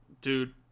dude